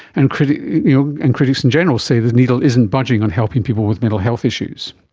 and critics you know and critics in general say the needle isn't budging on helping people with mental health issues.